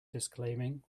disclaiming